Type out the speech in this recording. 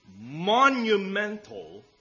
monumental